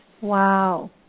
Wow